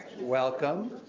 welcome